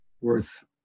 worth